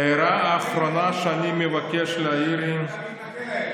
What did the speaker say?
"ההערה האחרונה שאני מבקש להעיר" אתה מתנכל להם.